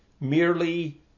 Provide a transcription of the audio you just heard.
merely